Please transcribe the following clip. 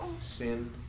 sin